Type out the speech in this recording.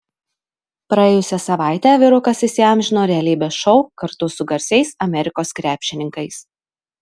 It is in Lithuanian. praėjusią savaitę vyrukas įsiamžino realybės šou kartu su garsiais amerikos krepšininkais